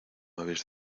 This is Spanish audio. habéis